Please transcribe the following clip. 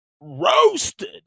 Roasted